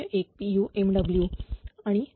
01 pu MW आणि हे